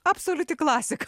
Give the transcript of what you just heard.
absoliuti klasika